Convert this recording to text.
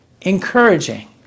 encouraging